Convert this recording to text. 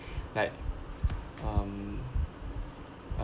like um